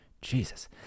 Jesus